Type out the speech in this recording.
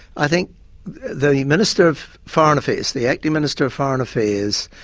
i think the minister of foreign affairs, the acting minister of foreign affairs,